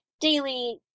daily